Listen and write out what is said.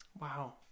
Wow